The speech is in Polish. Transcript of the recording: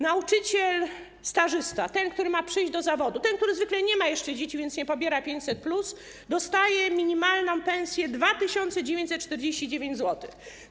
Nauczyciel stażysta, który ma przyjść do zawodu, który zwykle nie ma jeszcze dzieci, więc nie pobiera 500+, dostaje minimalną pensję w wysokości 2949 zł.